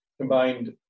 combined